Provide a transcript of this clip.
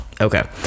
okay